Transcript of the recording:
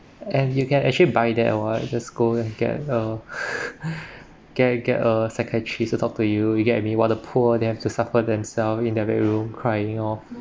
and you can actually buy that [what] just go and get a get get a psychiatrist to talk to you you get what I mean what a poor they have to suffer themselves in their bedroom crying orh